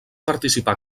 participar